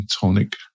tonic